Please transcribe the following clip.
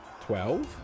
Twelve